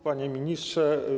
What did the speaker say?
Panie Ministrze!